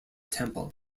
temple